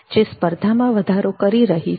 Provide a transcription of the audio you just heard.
જે સ્પર્ધામાં વધારો કરી રહી છે